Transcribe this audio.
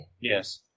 Yes